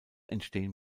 entstehen